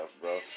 bro